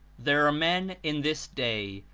there are men in this day,